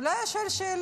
הוא לא היה שואל שאלות,